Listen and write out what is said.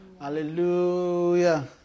Hallelujah